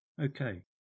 okay